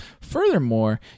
Furthermore